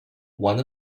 one